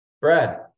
Brad